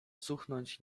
cuchnąć